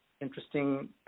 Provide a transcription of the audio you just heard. interesting